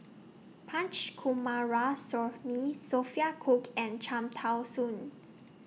Punch Coomaraswamy Sophia Cooke and Cham Tao Soon